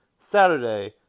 Saturday